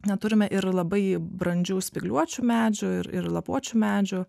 neturime ir labai brandžių spygliuočių medžių ir lapuočių medžių